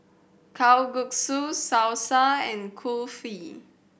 Kalguksu Salsa and Kulfi